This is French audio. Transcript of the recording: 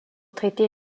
traiter